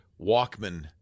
Walkman